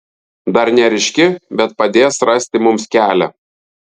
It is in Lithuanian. dar neryški bet padės rasti mums kelią